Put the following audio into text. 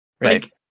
Right